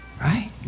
right